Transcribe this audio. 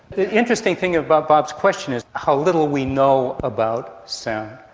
the interesting thing about bob's question is how little we know about sound.